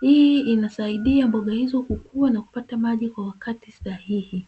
hii inasaidia mboga hizo kukuwa na kupata maji kwa wakati sahihi.